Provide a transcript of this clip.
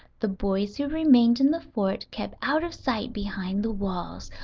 the boys who remained in the fort kept out of sight behind the walls,